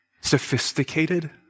Sophisticated